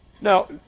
Now